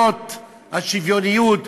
פה צריכה להיות השוויוניות,